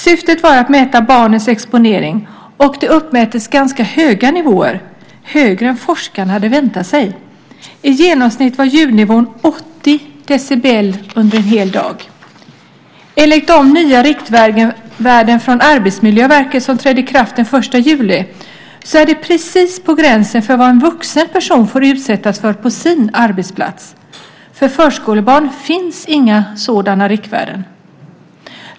Syftet var att mäta barnens exponering, och det uppmättes ganska höga nivåer, högre än forskarna hade väntat sig. I genomsnitt var ljudnivån 80 decibel under en hel dag. Enligt de nya riktvärdena från Arbetsmiljöverket som trädde i kraft den 1 juli 2005 så är det precis på gränsen för vad en vuxen person får utsättas för på sin arbetsplats. För förskolebarn finns inga sådana riktvärden.